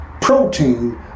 protein